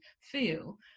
feel